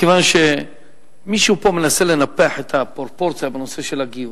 מכיוון שמישהו פה מנסה לנפח את הפרופורציה בנושא של הגיור.